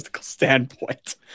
standpoint